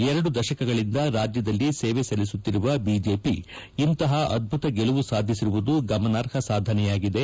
ಎರಡು ದಶಕಗಳಿಂದ ರಾಜ್ಯದಲ್ಲಿ ಸೇವೆ ಸಲ್ಲಿಸುತ್ತಿರುವ ಬಿಜೆಪಿ ಇಂಥ ಅದ್ಲುತ ಗೆಲುವು ಸಾಧಿಸಿರುವುದು ಗಮನಾರ್ಹ ಸಾಧನೆಯಾಗಿದೆ